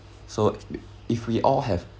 so if we all have